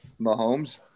Mahomes